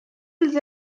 els